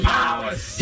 Powers